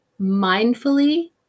mindfully